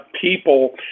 people